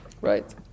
Right